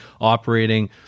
operating